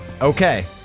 Okay